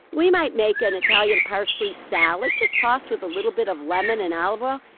we might make an italian parsley salad just tossed with a little bit of lemon and olive oil.